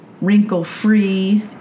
wrinkle-free